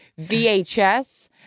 VHS